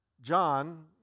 John